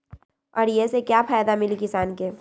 और ये से का फायदा मिली किसान के?